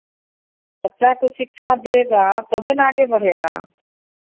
बच्चा को शिक्षा देगा तभी ना आगे बढ़ेगा